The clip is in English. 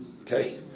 Okay